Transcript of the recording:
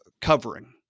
covering